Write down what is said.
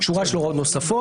שורה של הוראות נוספות.